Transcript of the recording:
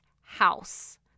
house